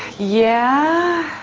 yeah.